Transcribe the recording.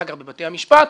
אחר כך בבתי המשפט,